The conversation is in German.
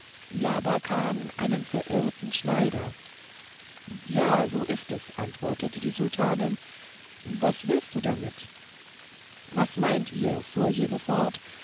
labakan einen verwirrten schneider ja so ist es antwortete die sultanin aber was willst du damit was meint ihr fuhr jene fort